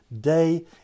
day